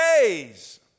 days